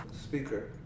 Speaker